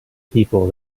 people